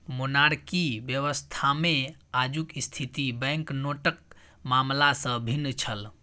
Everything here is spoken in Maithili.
मोनार्की व्यवस्थामे आजुक स्थिति बैंकनोटक मामला सँ भिन्न छल